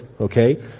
okay